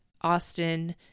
Austin